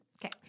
Okay